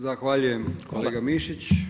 Zahvaljujem kolega Mišić.